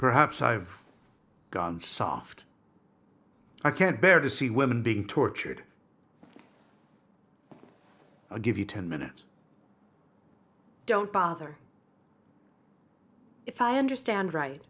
perhaps i've gone soft i can't bear to see women being tortured i'll give you ten minutes don't bother if i understand right